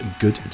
Good